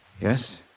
Yes